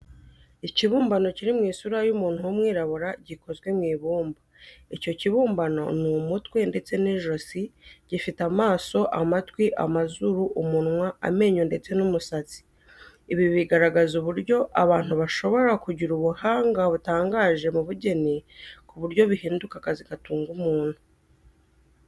Ikibumbano kiri mu isura y'umuntu w'umwirabura, gikozwe mu ibumba. Icyo kibumbano ni umutwe ndetse n'ijosi, gifite amaso, amatwi, amazuru, umunwa, amenyo ndetse n'umusatsi. Ibi bigaragaza uburyo abantu bashobora kugira ubuhanga butangaje mu bugeni ku buryo bihinduka akazi gatunga umuntu.